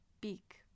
Beak